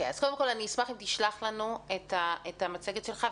קודם כל, אני אשמח אם תשלח לנו את המצגת שלך.